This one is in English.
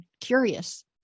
Curious